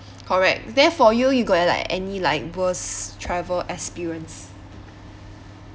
correct then for you you got like any like worst travel experience